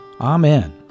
Amen